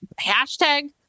hashtag